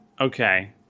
okay